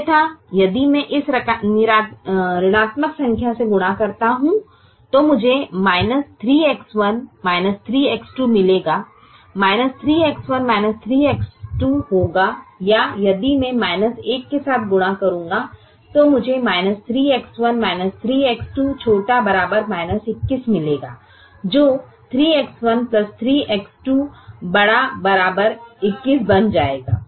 अन्यथा यदि मैं इसे एक ऋणात्मक संख्या से गुणा करता हूं तो मुझे 3X1 3X2 मिलेगा 3X1 3X2 होगा या यदि मैं 1 के साथ गुणा करूंगा तो मुझे 3X1 3X2 ≤ 21मिलेगा जो 3X1 3X2 ≥ 21बन जाएगा